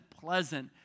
pleasant